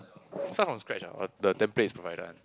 start from scratch ah or the template is provided one